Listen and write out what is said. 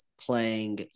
playing